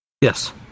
Yes